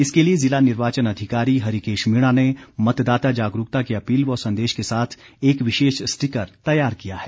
इसके लिए ज़िला निर्वाचन अधिकारी हरिकेश मीणा ने मतदाता जागरूकता की अपील व संदेश के साथ एक विशेष स्टिकर तैयार किया है